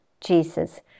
Jesus